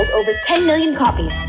over ten million copies.